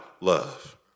love